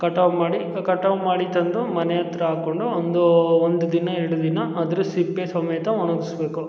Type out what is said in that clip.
ಕಟಾವು ಮಾಡಿ ಕಟಾವು ಮಾಡಿ ತಂದು ಮನೆ ಹತ್ರ ಹಾಕೊಂಡು ಒಂದು ಒಂದು ದಿನ ಎರಡು ದಿನ ಅದ್ರ ಸಿಪ್ಪೆ ಸಮೇತ ಒಣಗಿಸ್ಬೇಕು